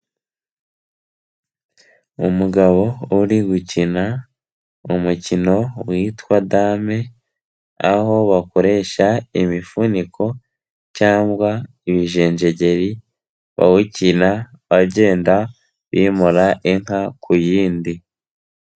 Umugabo uri gukina umukino witwa dame, aho bakoresha imifuniko cyangwa ibijenjegeri, bawukina bagenda bimura inka ku yindi.